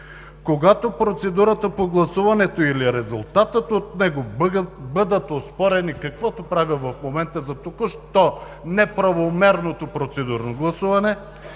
когато процедурата по гласуването или резултатът от него бъдат оспорени – каквото правя в момента за току-що неправомерното процедурно гласуване,